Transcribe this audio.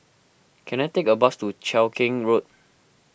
can I take a bus to Cheow Keng Road